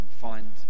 find